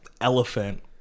Elephant